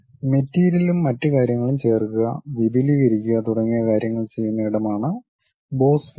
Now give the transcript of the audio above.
മെറ്റീരിയലും മറ്റ് കാര്യങ്ങളും ചേർക്കുക വിപുലീകരിക്കുക തുടങ്ങിയ കാര്യങ്ങൾ ചെയ്യുന്ന ഇടമാണ് ബോസ് ഫീച്ചർ